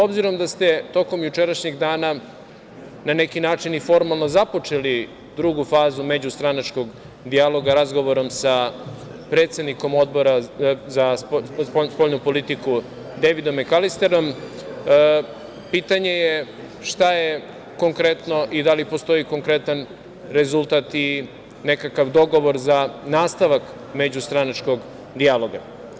Obzirom da ste tokom jučerašnjeg dana na neki način i formalno započeli drugu fazu međustranačkog dijaloga razgovorom sa predsednikom Odbora za spoljnu politiku, Dejvidom Mekalisterom, pitanje je – šta je konkretno i da li postoji konkretan rezultat i nekakav dogovor za nastavak međustranačkog dijaloga?